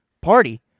Party